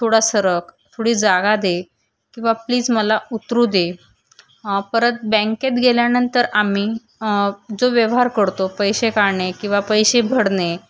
थोडा सरक थोडी जागा दे किंवा प्लीज मला उतरू दे परत बँकेत गेल्याणंतर आम्ही जो व्यवहार करतो पैशे काढणे किंवा पैशे भडणे